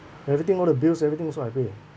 everything all the bills everything also I pay ah